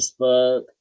Facebook